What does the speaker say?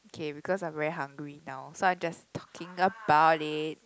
okay because I'm very hungry now so I just talking about it